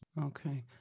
Okay